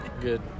good